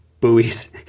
buoys